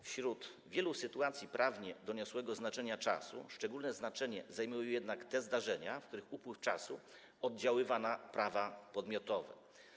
Wśród wielu sytuacji prawnie doniosłego znaczenia czasu szczególne znaczenie zajmują jednak te zdarzenia, w których upływ czasu oddziałuje na prawa podmiotowe.